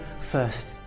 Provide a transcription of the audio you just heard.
first